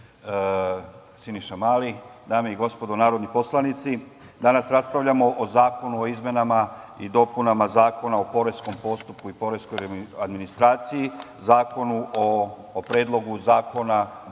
dame i gospodo narodni poslanici, danas raspravljamo o zakonu o izmenama i dopunama Zakona o poreskom postupku i poreskoj administraciji, zakonu o predlogu Zakona